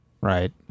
right